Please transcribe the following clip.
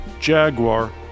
Jaguar